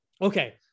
okay